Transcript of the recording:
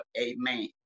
Amen